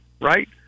right